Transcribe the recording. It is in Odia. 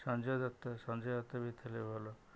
ସଞ୍ଜୟ ଦତ୍ତ ସଞ୍ଜୟ ଦତ୍ତ ବି ଥିଲେ ଭଲ